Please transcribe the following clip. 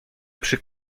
przy